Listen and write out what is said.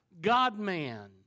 God-man